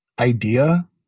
idea